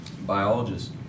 biologist